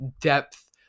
depth